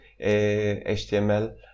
html